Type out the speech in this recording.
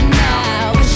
now